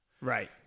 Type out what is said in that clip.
right